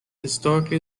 historically